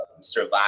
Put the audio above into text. survive